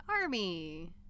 army